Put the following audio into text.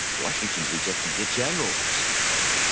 washington's rejected the generals we're sending over.